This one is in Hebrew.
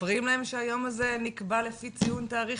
מספרים להם שהיום הזה נקבע לפי ציון תאריך